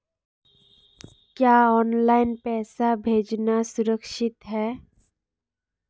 क्या ऑनलाइन पैसे भेजना सुरक्षित है?